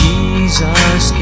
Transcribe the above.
Jesus